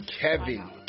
Kevin